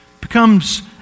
becomes